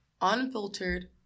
unfiltered